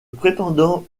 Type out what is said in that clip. prétendant